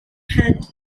held